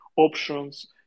options